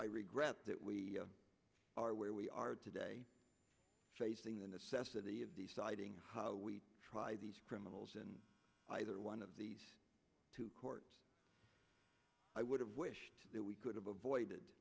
i regret that we are where we are today facing the necessity of deciding how we try these criminals and either one of these two chords i would have wished that we could have avoided